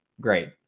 Great